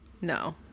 no